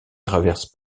traverse